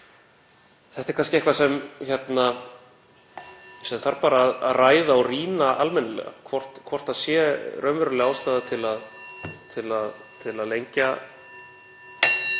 Þetta er kannski eitthvað sem þarf að ræða og rýna almennilega, hvort það sé raunveruleg ástæða til að lengja